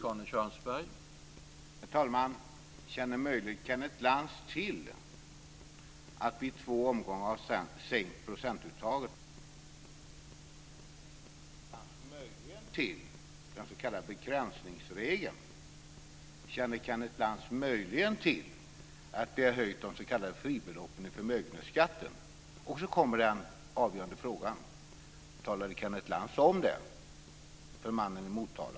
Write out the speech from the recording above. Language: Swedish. Herr talman! Känner möjligen Kenneth Lantz till att vi i två omgångar har sänkt procentuttaget? Känner Kenneth Lantz möjligen till den s.k. begränsningsregeln? Känner Kenneth Lantz möjligen till att vi har höjt de s.k. fribeloppen i förmögenhetsskatten? Lantz om det för mannen i Motala?